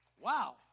Wow